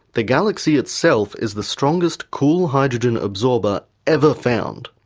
the galaxy itself is the strongest cool hydrogen absorber ever found.